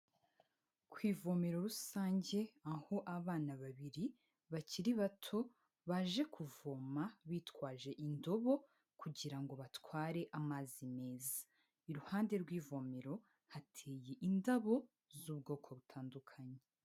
Ku ivomero rusange aho abana babiri bakiri bato baje kuvoma bitwaje indobo kugira ngo batware amazi meza, iruhande rw'ivomero hateye indabo z'ubwoko butandukanye.